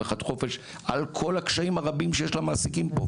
אחד חופש על כל הקשיים הרבים שיש למעסיקים פה,